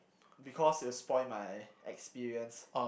because it will spoil my experience